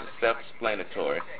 self-explanatory